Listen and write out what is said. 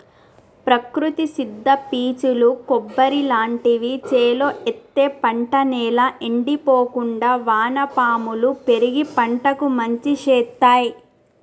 ప్రకృతి సిద్ద పీచులు కొబ్బరి లాంటివి చేలో ఎత్తే పంట నేల ఎండిపోకుండా వానపాములు పెరిగి పంటకు మంచి శేత్తాయ్